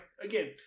again